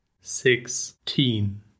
sixteen